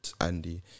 Andy